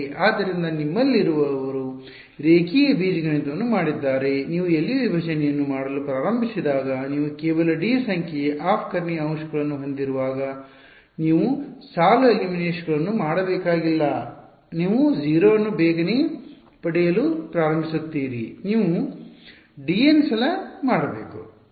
ಆದ್ದರಿಂದ ನಿಮ್ಮಲ್ಲಿರುವವರು ರೇಖೀಯ ಬೀಜಗಣಿತವನ್ನು ಮಾಡಿದ್ದಾರೆ ನೀವು LU ವಿಭಜನೆಯನ್ನು ಮಾಡಲು ಪ್ರಾರಂಭಿಸಿದಾಗ ನೀವು ಕೇವಲ d ಸಂಖ್ಯೆಯ ಆಫ್ ಕರ್ಣೀಯ ಅಂಶಗಳನ್ನು ಹೊಂದಿರುವಾಗ ನೀವು ಸಾಲು ಎಲಿಮಿನೇಷನ್ಗಳನ್ನು ಮಾಡಬೇಕಾಗಿಲ್ಲ ನೀವು 0 ಅನ್ನು ಬೇಗನೆ ಪಡೆಯಲು ಪ್ರಾರಂಭಿಸುತ್ತೀರಿ ನೀವು dn ಸಲ ಮಾಡಬೇಕು